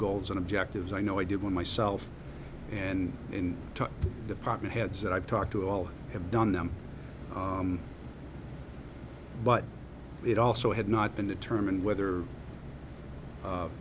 goals and objectives i know i did one myself and in the department heads that i've talked to all have done them but it also had not been determined whether